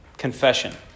Confession